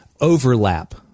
overlap